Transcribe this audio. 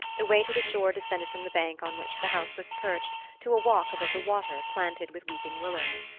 the way to the shore descended from the bank on which the house was perched to a walk above the water planted with weeping willows.